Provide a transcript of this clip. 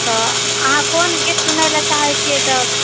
तऽ अहाँ कोन गीत सुनए लऽ चाहे छिऐ तब